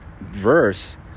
verse